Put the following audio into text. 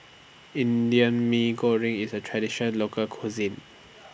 Indian Mee Goreng IS A Traditional Local Cuisine